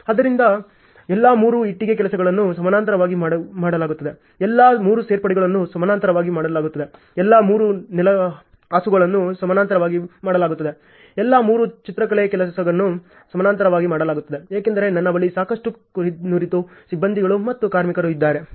ಆದ್ದರಿಂದ ಎಲ್ಲಾ 3 ಇಟ್ಟಿಗೆ ಕೆಲಸಗಳನ್ನು ಸಮಾನಾಂತರವಾಗಿ ಮಾಡಲಾಗುತ್ತದೆ ಎಲ್ಲಾ 3 ಸೇರ್ಪಡೆಗಳನ್ನು ಸಮಾನಾಂತರವಾಗಿ ಮಾಡಲಾಗುತ್ತದೆ ಎಲ್ಲಾ 3 ನೆಲಹಾಸುಗಳನ್ನು ಸಮಾನಾಂತರವಾಗಿ ಮಾಡಲಾಗುತ್ತದೆ ಎಲ್ಲಾ 3 ಚಿತ್ರಕಲೆ ಕಾರ್ಯಗಳನ್ನು ಸಮಾನಾಂತರವಾಗಿ ಮಾಡಲಾಗುತ್ತದೆ ಏಕೆಂದರೆ ನನ್ನ ಬಳಿ ಸಾಕಷ್ಟು ನುರಿತ ಸಿಬ್ಬಂದಿಗಳು ಮತ್ತು ಕಾರ್ಮಿಕರು ಇದ್ದಾರೆ